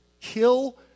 kill